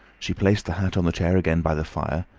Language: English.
she placed the hat on the chair again by the fire.